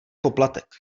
poplatek